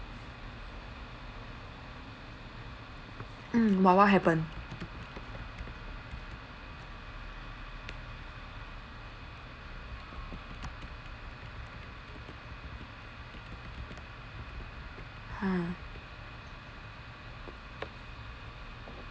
mm wha~ what happened ha